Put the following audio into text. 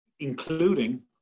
including